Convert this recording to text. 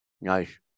Nice